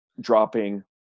dropping